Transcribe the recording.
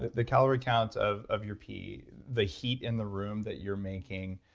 the the calorie count of of your pee, the heat in the room that you're making,